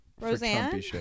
Roseanne